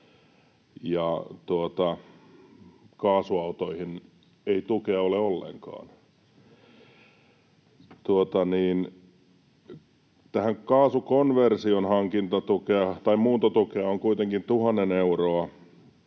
kaasuautoihin ei tukea ole ollenkaan. Kun tämän kaasukonversion muuntotuki on kuitenkin tuhannen euroa,